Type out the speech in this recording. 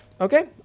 Okay